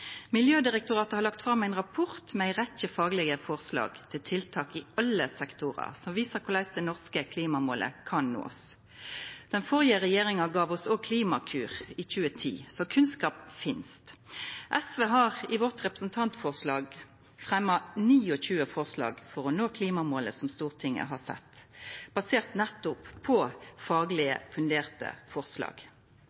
Miljødirektoratet har lagt fram ein rapport med ei rekkje faglege forslag til tiltak i alle sektorar som viser korleis det norske klimamålet kan nåast. Den førre regjeringa gav oss òg Klimakur – i 2010. Så kunnskap finst. Vi i SV har i representantforslaget vårt fremja 29 forslag for å nå klimamålet som Stortinget har sett, baserte nettopp på